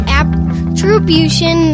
attribution